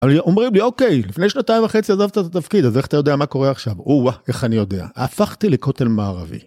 אומרים לי אוקיי לפני שנתיים וחצי עזבת את התפקיד אז איך אתה יודע מה קורה עכשיו אה איך אני יודע הפכתי לקוטל מערבי